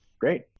great